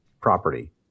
property